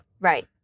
Right